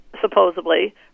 supposedly